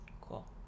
Cool